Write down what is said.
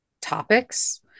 topics